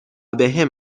بهم